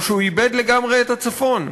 או שהוא איבד לגמרי את הצפון.